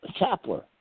Chapler